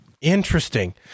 Interesting